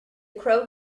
crow